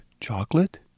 Chocolate